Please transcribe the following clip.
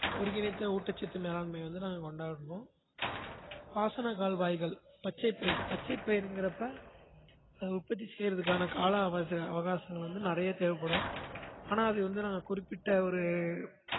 ஒருங்கிணைந்த ஊட்டச்சத்து மேலாண்மை வந்து நாங்கள் கொண்டாடுகிறோம் பாசன கால்வாய்கள் பச்சைப்பயிறு பச்சைப்பயிறுங்கிறப்ப அதை உற்பத்தி செய்கிறதுக்கான கால அவகாசங்கள் வந்து நிறைய தேவைப்படும் ஆனால் அது வந்து நாங்கள் குறிப்பிட்ட ஒரு